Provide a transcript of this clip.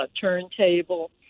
turntable